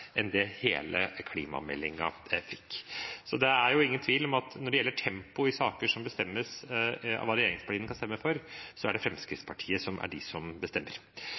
enn det hele klimameldingen fikk. Det er ingen tvil om at når det gjelder tempo med tanke på hva regjeringspartiene skal stemme i saker, er det Fremskrittspartiet som bestemmer det. I dag er